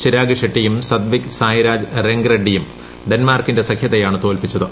ചിരാഗ്ഷെട്ടിയും സത്വിക്സായിരാജ്റങ്കി റെഡ്ഡിയും ഡെൻമാർക്കിന്റെ സഖ്യത്തെയാണ് തോൽപിച്ചത്